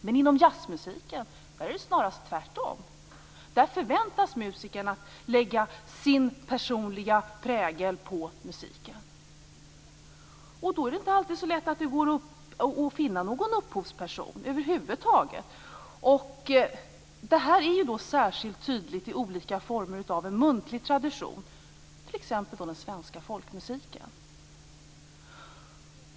Men inom jazzmusiken är det snarast tvärtom. Där förväntas musikerna lägga sin personliga prägel på musiken. Då är det inte alltid så lätt att finna någon upphovsperson över huvud taget. Detta är särskilt tydligt i olika former av en muntlig tradition, t.ex. den svenska folkmusiken.